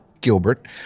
Gilbert